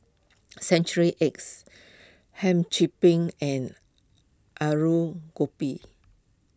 Century Eggs Hum Chim Peng and Aloo Gobi